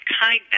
kindness